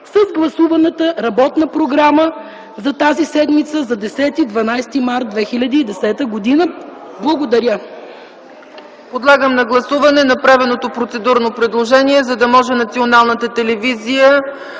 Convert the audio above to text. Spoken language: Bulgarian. с гласуваната работна програма за седмицата 10-12 март 2010 г. Благодаря.